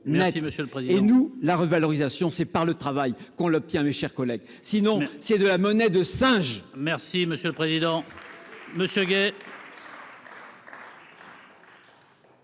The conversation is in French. nous, la revalorisation, c'est par le travail qu'on l'obtient, mes chers collègues. Sinon, c'est de la monnaie de singe